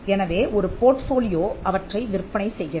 எனவே ஒரு போர்ட்ஃபோலியோ அவற்றை விற்பனை செய்கிறது